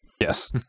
yes